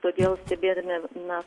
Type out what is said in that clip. todėl stebėdami na